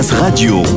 Radio